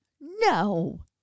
No